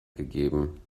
gegeben